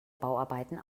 bauarbeiten